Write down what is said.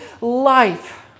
life